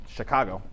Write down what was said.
Chicago